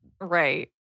Right